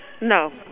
No